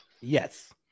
Yes